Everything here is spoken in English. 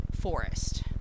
forest